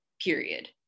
period